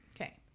Okay